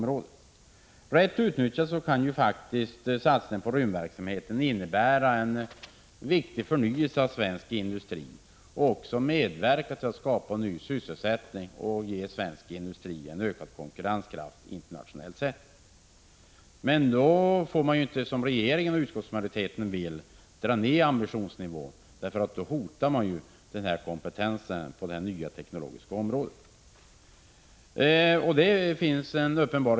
Rätt utnyttjad kan satsningen på rymdverksamheten innebära en viktig förnyelse av svensk industri och medverka till att skapa ny sysselsättning och ökad konkurrenskraft. Om regeringens förslag vinner kammarens gehör, finns det en uppenbar risk för att kompetensen på detta nya teknologiska område hotas.